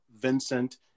vincent